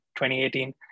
2018